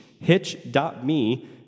hitch.me